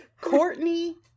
Courtney